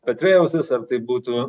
petrėjausis ar tai būtų